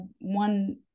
one